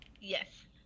Yes